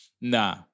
Nah